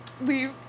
leave